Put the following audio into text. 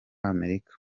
amerika